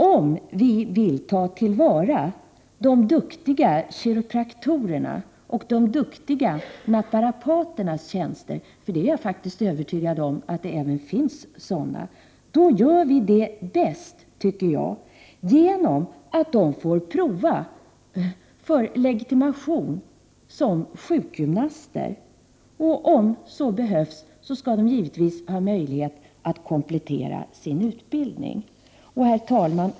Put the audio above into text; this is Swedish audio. Om vi vill ta till vara de duktiga kiropraktorerna och de duktiga naprapaternas tjänster — jag är övertygad om att det även finns sådana — gör vi det bäst genom att de får prövas för legitimation som sjukgymnaster, och om så behövs skall de givetvis få möjlighet att komplettera sin utbildning. Herr talman!